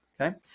Okay